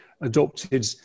adopted